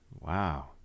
Wow